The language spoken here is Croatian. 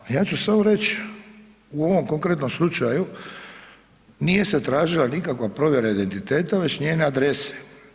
A ja ću samo reći u ovom konkretnom slučaju nije se tražila nikakva provjera identiteta već njene adrese.